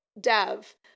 dev